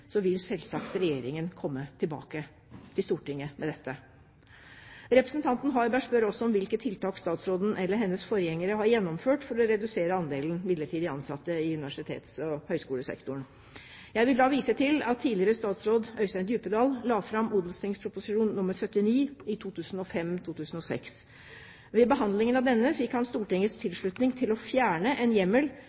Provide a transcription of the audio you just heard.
vil selvsagt Regjeringen komme tilbake til Stortinget med dette. Representanten Harberg spør også om hvilke tiltak statsråden eller hennes forgjengere har gjennomført for å redusere andelen midlertidig ansatte i universitets- og høgskolesektoren. Jeg vil da vise til at tidligere statsråd Øystein Djupedal la fram Ot.prp. nr. 79 for 2005–2006. Ved behandlingen av denne fikk han Stortingets tilslutning til å fjerne en hjemmel